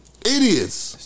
Idiots